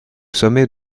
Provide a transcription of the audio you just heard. sommet